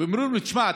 ואומרים לו: תשמע,